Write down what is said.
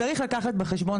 צריך לקחת בחשבון.